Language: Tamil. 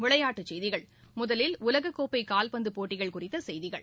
விளையாட்டுச் செய்திகள் முதலில் உலகக்கோப்பைகால்பந்துபோட்டிகள் குறித்தசெய்திகள்